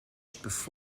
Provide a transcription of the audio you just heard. established